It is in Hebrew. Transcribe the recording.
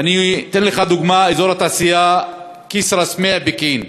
ואני אתן לך דוגמה: אזור התעשייה כסרא סמיע פקיעין.